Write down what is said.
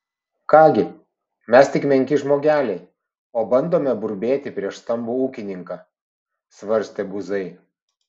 ką gi mes tik menki žmogeliai o bandome burbėti prieš stambų ūkininką svarstė buzai